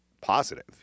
positive